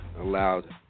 allowed